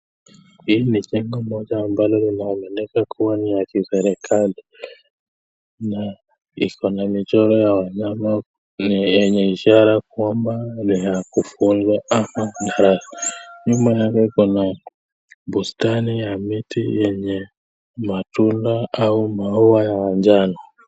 Hii ni jengo moja ambalo linaamika kuwa ni la kiserikali na iko na michoro ya wanyama yenye ishara kwamba ni ya kufunza ama ,nyuma yake kuna bustani ya miti yenye matunda au maua ya manjano.